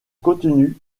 contenu